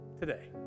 Today